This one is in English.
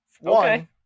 One